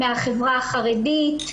מהחברה החרדית,